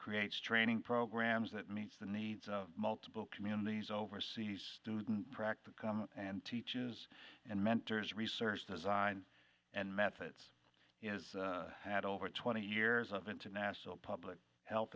creates training programs that meets the needs of multiple communities overseas student practicum and teaches and mentors research design and methods is had over twenty years of international public health